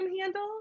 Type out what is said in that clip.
handle